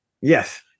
yes